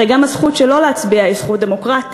הרי גם הזכות שלא להצביע היא זכות דמוקרטית,